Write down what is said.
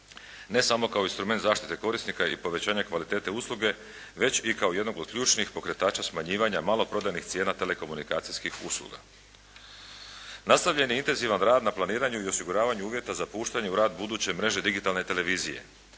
ne samo kao instrument zaštite korisnika i povećanja kvalitete usluge, već i kao jednog od ključnih pokretača smanjivanja maloprodajnih cijena telekomunikacijskih usluga. Nastavljen je intenzivan rad na planiranju i osiguravanju uvjeta za puštanje u rad buduće mreže digitalne televizije.